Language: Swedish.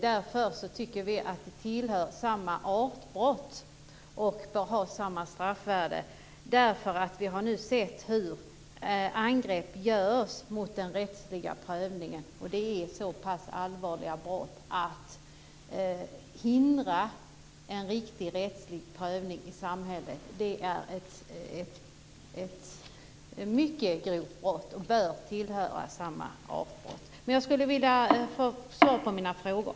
Vi tycker att det här tillhör samma artbrott och därför bör ha samma straffvärde. Vi har nu sett hur angrepp görs mot den rättsliga prövningen, och det är allvarliga brott. Att hindra en riktig rättslig prövning i samhället är ett mycket grovt brott. Det bör tillhöra samma artbrott. Jag skulle vilja ha svar på mina frågor.